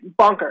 bonkers